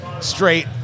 straight